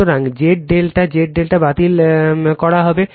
সুতরাং Z ∆ Z ∆ বাতিল করা হবে